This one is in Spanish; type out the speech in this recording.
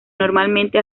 normalmente